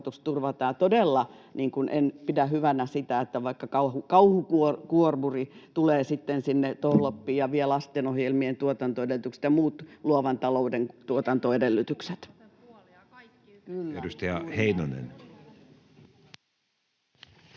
Todella en pidä hyvänä sitä, että vaikka kauhukuormuri tulee sitten sinne Tohloppiin ja vie lastenohjelmien tuotantoedellytykset ja muut luovan talouden tuotantoedellytykset. [Pia Lohikoski: